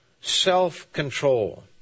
self-control